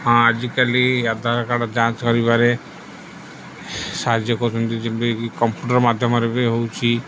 ହଁ ଆଜିକାଲି ଆଧାର କାର୍ଡ଼୍ ଯାଞ୍ଚ କରିବାରେ ସାହାଯ୍ୟ କରୁଛନ୍ତି ଯେମିତିକି କମ୍ପୁଟର୍ ମାଧ୍ୟମରେ ବି ହେଉଛିି